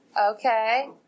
okay